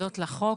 תודות לחוק.